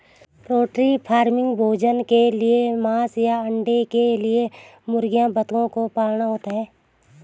poultry farming भोजन के लिए मांस या अंडे के लिए मुर्गियों बतखों को पालना होता है